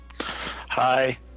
Hi